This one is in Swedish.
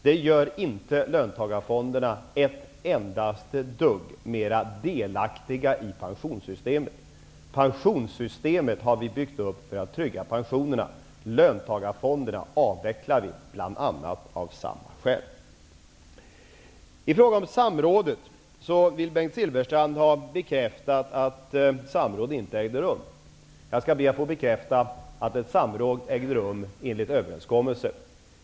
Det gör inte löntagarfonderna ett endaste dugg mer delaktiga i pensionssystemet. Pensionssystemet har vi byggt upp för att trygga pensionerna. Löntagarfonderna avvecklar vi bl.a. av samma skäl. I fråga om samrådet vill Bengt Silfverstrand ha bekräftat att samråd inte ägde rum. Jag skall be att få bekräfta att ett samråd ägde rum enligt överenskommelse.